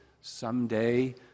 someday